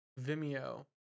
Vimeo